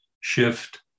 shift